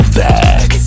back